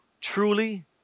truly